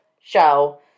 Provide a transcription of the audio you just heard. show